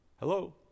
hello